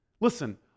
Listen